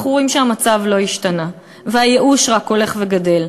אנחנו רואים שהמצב לא השתנה והייאוש רק הולך וגדל.